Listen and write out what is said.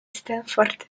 stamford